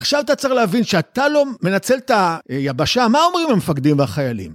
עכשיו אתה צריך להבין שאתה לא מנצל את היבשה, מה אומרים המפקדים והחיילים?